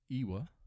Iwa